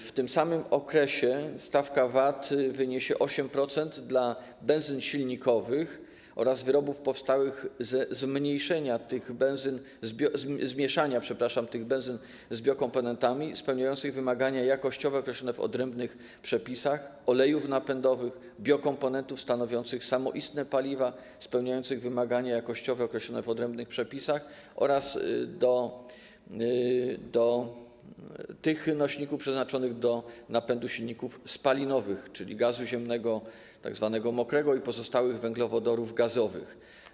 W tym samym okresie stawka VAT wyniesie 8% dla benzyn silnikowych oraz wyrobów powstałych ze zmieszania tych benzyn z biokomponentami, spełniających wymagania jakościowe określone w odrębnych przepisach, olejów napędowych, biokomponentów stanowiących samoistne paliwa, spełniających wymagania jakościowe określone w odrębnych przepisach, oraz nośników przeznaczonych do napędu silników spalinowych, czyli gazu ziemnego, tzw. mokrego, i pozostałych węglowodorów gazowych.